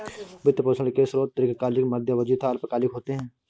वित्त पोषण के स्रोत दीर्घकालिक, मध्य अवधी तथा अल्पकालिक होते हैं